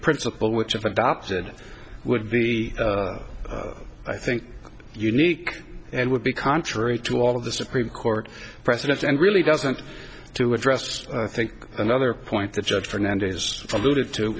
principle which of adopted would be i think unique and would be contrary to all of the supreme court precedents and really doesn't to address i think another point that judge fernandez alluded to